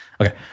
okay